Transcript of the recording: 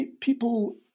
people